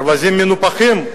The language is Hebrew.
ברווזים מנופחים.